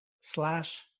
slash